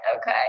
okay